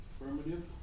affirmative